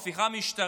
או ההפיכה המשטרית,